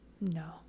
no